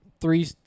three